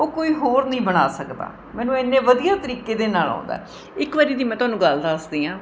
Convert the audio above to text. ਉਹ ਕੋਈ ਹੋਰ ਨਹੀਂ ਬਣਾ ਸਕਦਾ ਮੈਨੂੰ ਐਨੇ ਵਧੀਆ ਤਰੀਕੇ ਦੇ ਨਾਲ਼ ਆਉਂਦਾ ਇੱਕ ਵਾਰੀ ਦੀ ਮੈਂ ਤੁਹਾਨੂੰ ਗੱਲ ਦੱਸਦੀ ਹਾਂ